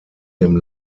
dem